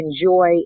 enjoy